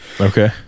okay